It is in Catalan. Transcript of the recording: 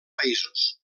països